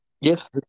Yes